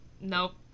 Nope